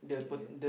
okay